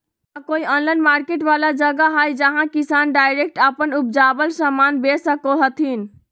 का कोई online market वाला जगह हइ जहां किसान डायरेक्ट अप्पन उपजावल समान बेच सको हथीन?